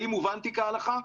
האם הובנתי כהלכה?